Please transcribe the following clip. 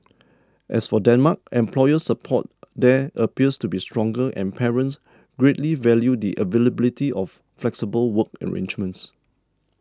as for Denmark employer support there appears to be stronger and parents greatly value the availability of flexible work arrangements